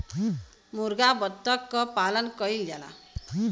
मुरगा बत्तख क पालन कइल जाला